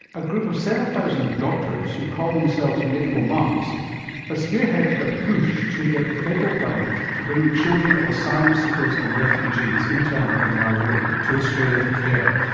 a group of several thousand doctors who call themselves medical mums have spearheaded a push to get the federal government to bring the children of asylum seekers and refugees interned on nauru to australia for care,